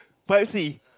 fuzzy